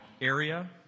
area